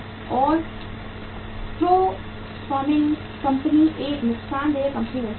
और profit making company एक नुकसानदेह कंपनी बन सकती है